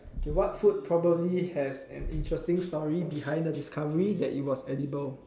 K what food probably has an interesting story behind the discovery that it was edible